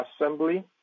Assembly